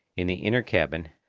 in the inner cabin,